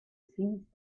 seized